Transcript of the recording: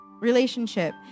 relationship